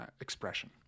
expression